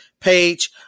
page